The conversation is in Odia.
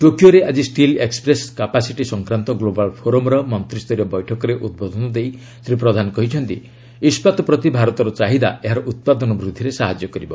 ଟୋକିଓରେ ଆଜି ଷ୍ଟିଲ୍ ଏକ୍ଟସେସ୍ କାପାସିଟି ସଂକ୍ରାନ୍ତ ଗ୍ଲୋବାଲ୍ ଫୋରମ୍ର ମନ୍ତ୍ରୀ ସ୍ତରୀୟ ବୈଠକରେ ଉଦ୍ବୋଧନ ଦେଇ ଶ୍ରୀ ପ୍ରଧାନ କହିଛନ୍ତି ଇସ୍କାତ୍ ପ୍ରତି ଭାରତର ଚାହିଦା ଏହାର ଉତ୍ପାଦନ ବୃଦ୍ଧିରେ ସାହାଯ୍ୟ କରିବ